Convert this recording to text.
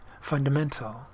fundamental